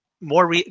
more